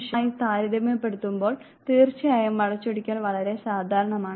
നിഷേധവുമായി താരതമ്യപ്പെടുത്തുമ്പോൾ തീർച്ചയായും വളച്ചൊടിക്കൽ വളരെ സാധാരണമാണ്